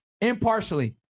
impartially